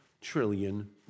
trillion